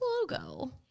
logo